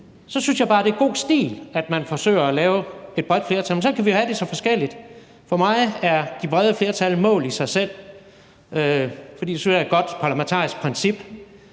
så synes jeg bare, det er god stil, at man forsøger at lave et bredt flertal. Men sådan kan vi jo have det så forskelligt. For mig er de brede flertal et mål i sig selv, for jeg synes, at det er et godt parlamentarisk princip,